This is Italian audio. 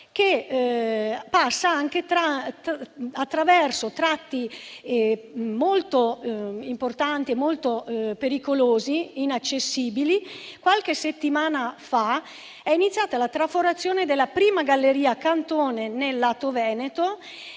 che passa attraverso dei tratti molto importanti, pericolosi e inaccessibili. Qualche settimana fa è iniziata la traforazione della prima galleria Cantone dal lato Veneto,